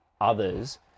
others